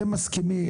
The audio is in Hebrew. אתם מסכימים,